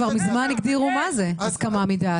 כבר מזמן הגדירו מה זה הסכמה מדעת,